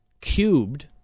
Cubed